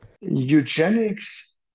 Eugenics